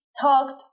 talked